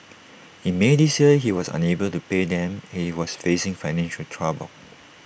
in may this year he was unable to pay them he was facing financial trouble